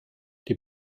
die